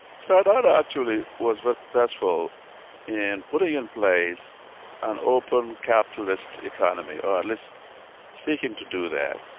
sir dawda actually was but successful in putting in place an open capitalist economy, or at least seeking to do that.